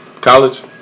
college